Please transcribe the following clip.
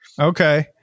Okay